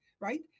right